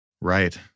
Right